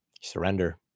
surrender